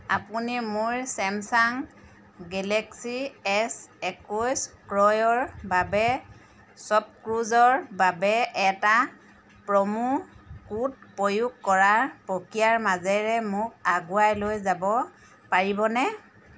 আপুনি মোৰ Samsung Galaxy S একৈছ ক্ৰয়ৰ বাবে শ্বপক্লুজৰ বাবে এটা প্ৰম' কোড প্ৰয়োগ কৰাৰ প্ৰক্ৰিয়াৰ মাজেৰে মোক আগুৱাই লৈ যাব পাৰিবনে